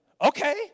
okay